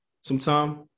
sometime